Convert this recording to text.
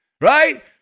right